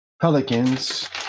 Pelicans